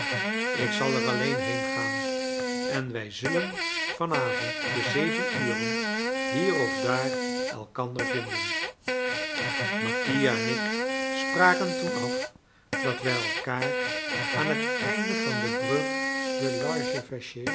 ik zal er alleen heengaan en wij zullen van avond te zeven uren hier of daar elkander vinden mattia en ik spraken toen af dat wij elkaar aan het einde van de brug de